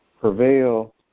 prevail